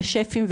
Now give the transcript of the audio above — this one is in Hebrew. ושפים,